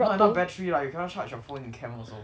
not enough battery lah you cannot charge your phone in camp also